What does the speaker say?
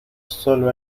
sólo